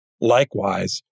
Likewise